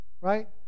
right